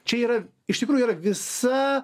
čia yra iš tikrųjų yra visa